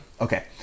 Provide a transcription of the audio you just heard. Okay